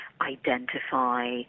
identify